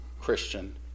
Christian